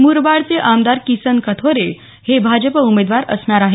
मुरबाडचे आमदार किसन कथोरे हे भाजप उमेदवार असणार आहेत